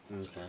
okay